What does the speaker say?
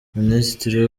minisitiri